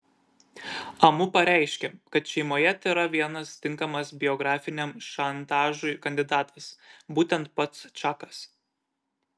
amu pareiškė kad šeimoje tėra vienas tinkamas biografiniam šantažui kandidatas būtent pats čakas